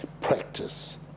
Practice